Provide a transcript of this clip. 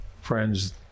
Friends